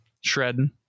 shredding